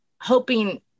hoping